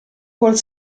vuol